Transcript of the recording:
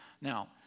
Now